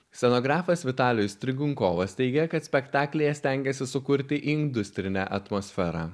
scenografas vitalijus trigunkovas teigia kad spektaklyje stengiasi sukurti industrinę atmosferą